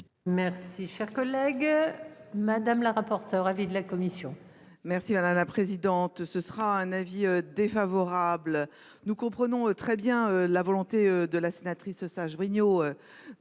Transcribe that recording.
Merci cher collègue. Madame la rapporteure avis de la commission.